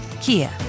Kia